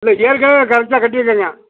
இல்லை ஏற்கனவே கரெக்டாக கட்டிருக்கேங்க